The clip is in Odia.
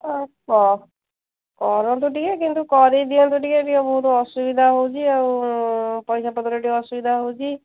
ହଁ କ କରନ୍ତୁ ଟିକେ କିନ୍ତୁ କରିଦିଅନ୍ତୁ ଟିକେ ଟିକେ ବହୁତ ଅସୁବିଧା ହେଉଛି ଆଉ ପଇସା ପତ୍ର ଟିକେ ଅସୁବିଧା ହେଉଛି